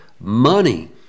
Money